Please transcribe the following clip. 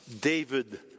David